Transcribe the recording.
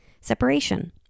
Separation